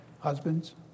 husbands